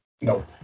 No